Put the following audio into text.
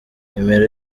nimero